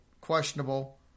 questionable